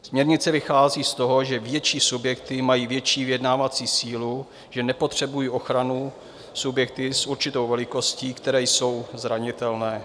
Směrnice vychází z toho, že větší subjekty mají větší vyjednávací sílu, že nepotřebují ochranu subjekty s určitou velikostí, které jsou zranitelné.